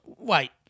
Wait